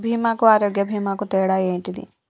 బీమా కు ఆరోగ్య బీమా కు తేడా ఏంటిది?